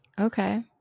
Okay